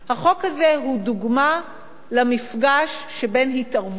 החוק הזה הוא דוגמה למפגש שבין התערבות